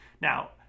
now